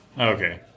Okay